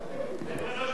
חבר'ה, לא שומעים אותה.